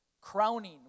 crowning